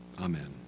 Amen